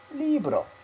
libro